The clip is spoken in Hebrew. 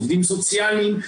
עובדים סוציאליים,